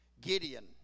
Gideon